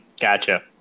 Gotcha